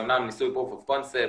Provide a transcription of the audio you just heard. זה אמנם ניסוי proof of concept,